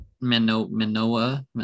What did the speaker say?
Manoa